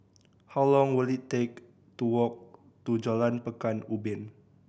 how long will it take to walk to Jalan Pekan Ubin